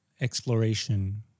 exploration